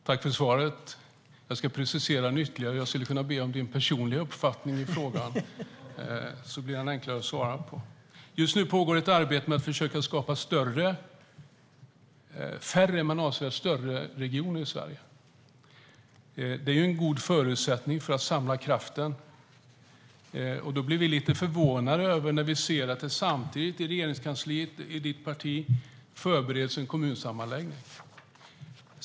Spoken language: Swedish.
Herr talman! Jag tackar för svaret. Jag skulle kunna precisera mig ytterligare och be om din personliga uppfattning i frågan, Niklas Karlsson, så blir det enklare att svara. Just nu pågår ett arbete med att försöka skapa färre men avsevärt större regioner i Sverige. Det är en god förutsättning för att samla kraften. Då blir vi lite förvånade när vi ser att man samtidigt i Regeringskansliet, i ditt parti, Niklas Karlsson, förbereder en kommunsammanläggning.